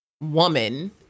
woman